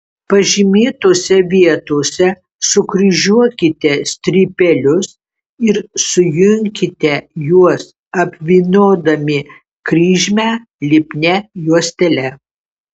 pažymėtose vietose sukryžiuokite strypelius ir sujunkite juos apvyniodami kryžmę lipnia juostele